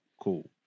cool